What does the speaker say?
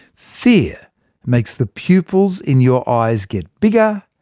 fear makes the pupils in your eyes get bigger,